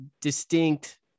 distinct